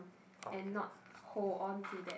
and not hold on to that